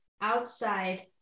outside